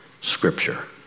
scripture